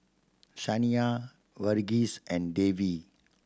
Saina Verghese and Devi